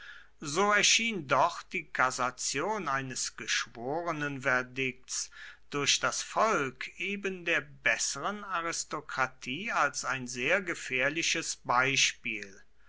so erschien doch die kassation eines geschworenenverdikts durch das volk eben der besseren aristokratie als ein sehr gefährliches beispiel